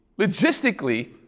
logistically